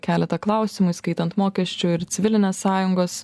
keletą klausimų įskaitant mokesčių ir civilinės sąjungos